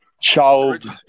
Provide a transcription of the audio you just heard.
child